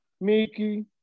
Mickey